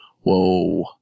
Whoa